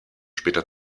später